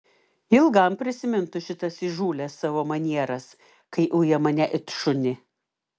ilgam prisimintų šitas įžūlias savo manieras kai uja mane it šunį